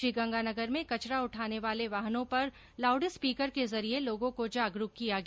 श्रीगंगानगर में कचरा उठाने वाले वाहनों पर लाउड स्पीकर के जरिये लोगों को जागरूक किया गया